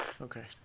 Okay